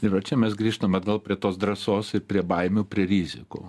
ir va čia mes grįžtam atgal prie tos drąsos ir prie baimių prie rizikų